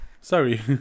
Sorry